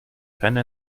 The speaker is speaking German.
keine